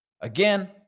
Again